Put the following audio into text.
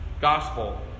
gospel